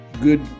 good